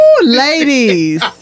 ladies